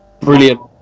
brilliant